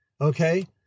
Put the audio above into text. Okay